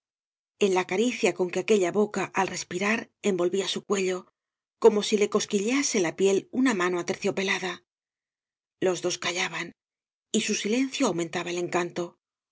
en la caricia con que aquella boca al respirar envolvía su cuello como si le cosqui llease la piel una mano aterciopelada los dos callaban y su silencio aumentaba el encanto